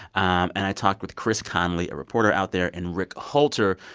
and i talked with chris connelly, a reporter out there, and rick holter,